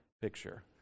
picture